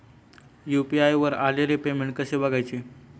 UPI वर आलेले payment कसे बघायचे?